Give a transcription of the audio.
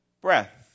breath